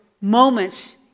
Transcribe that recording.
moments